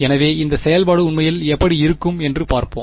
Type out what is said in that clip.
எனவே இந்த செயல்பாடு உண்மையில் எப்படி இருக்கும் என்று பார்ப்போம்